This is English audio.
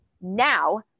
now